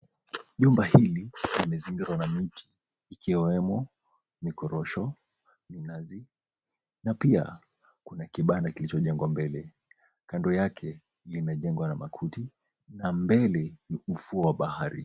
Jumba hili limezingirwa na miti ikiwemo mikorosho, minazi na pia kuna kibanda kilichojengwa mbele. Kando yake limejengwa na makuti na mbele ni ufuo wa bahari.